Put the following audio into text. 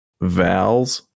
vowels